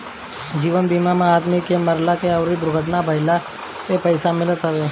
जीवन बीमा में आदमी के मरला अउरी दुर्घटना भईला पे पईसा मिलत हवे